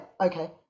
Okay